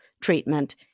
treatment